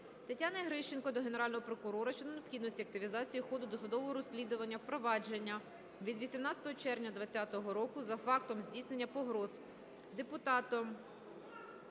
Тетяни Грищенко до Генерального прокурора щодо необхідності активізації ходу досудового розслідування провадження від 18 червня 2020 року за фактом здійснення погроз депутатом